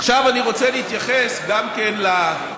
עכשיו אני רוצה להתייחס גם כן להטעיה